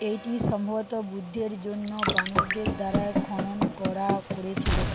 এটি সম্ভবত বুদ্ধের জন্য বানরদের দ্বারা খনন করা করেছিলো